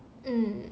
um